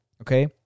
okay